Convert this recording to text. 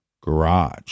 garage